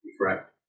correct